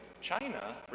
China